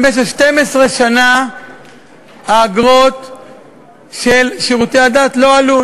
במשך 12 שנה האגרות של שירותי הדת לא עלו,